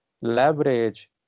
leverage